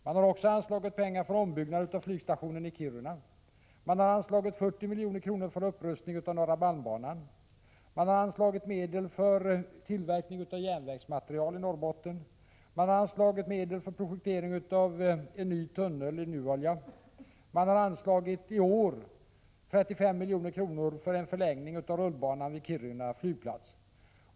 Man har också anslagit pengar för ombyggnad av flygstationen i Kiruna, man har anslagit 40 milj.kr. för upprustning av norra malmbanan, man har anslagit medel för tillverkning av järnvägsmaterial i Norrbotten och medel för projektering av en ny tunnel i Nuolja, och man har i år anslagit 35 milj.kr. för en förlängning av rullbanan vid Kiruna flygplats.